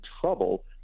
trouble